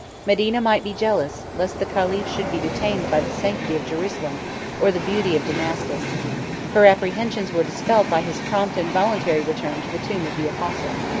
medina might be jealous, lest the caliph should be detained by the sanctity of jerusalem or the beauty of damascus her apprehensions were dispelled by his prompt and voluntary return to the tomb of the apostle.